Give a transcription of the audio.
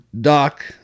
Doc